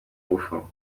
ngufu